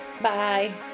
bye